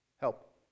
Help